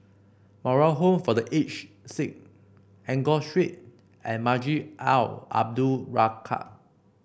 Moral Home for The Aged Sick Enggor Street and Masjid Al Abdul Razak